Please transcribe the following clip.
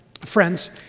friends